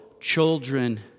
children